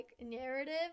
narrative